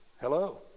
Hello